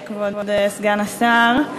כבוד סגן השר,